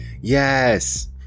Yes